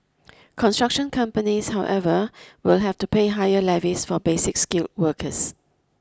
construction companies however will have to pay higher levies for basic skilled workers